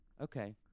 Okay